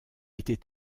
était